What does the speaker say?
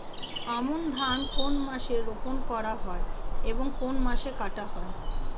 আমন ধান কোন মাসে রোপণ করা হয় এবং কোন মাসে কাটা হয়?